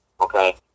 okay